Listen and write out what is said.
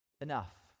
enough